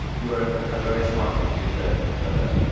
you're a very smart computer coder,